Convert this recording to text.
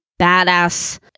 badass